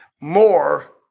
more